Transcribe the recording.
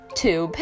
two